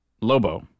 Lobo